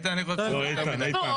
איתן, אני חושב שזה יותר מידי.